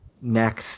next